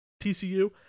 TCU